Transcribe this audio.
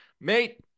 mate